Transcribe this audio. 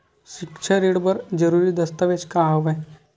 सिक्छा ऋण बर जरूरी दस्तावेज का हवय?